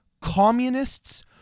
communists